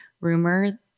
rumor